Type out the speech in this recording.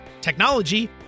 technology